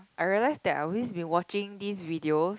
I realise that I always been watching these videos